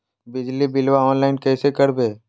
बिजली बिलाबा ऑनलाइन कैसे करबै?